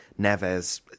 Neves